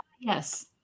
Yes